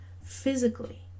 Physically